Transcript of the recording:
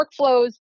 workflows